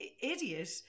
idiot